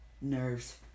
Nerves